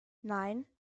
nein